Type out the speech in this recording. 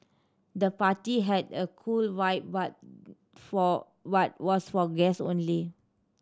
the party had a cool vibe but for but was for guests only